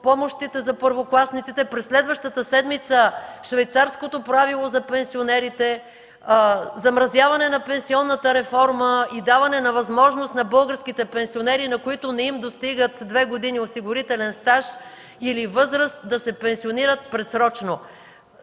помощите за първокласниците, през следващата седмица – Швейцарското правило за пенсионерите, замразяване на пенсионната реформа и даване на възможност на българските пенсионери, на които не им достигат две години осигурителен стаж или възраст, да се пенсионират предсрочно.